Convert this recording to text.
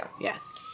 Yes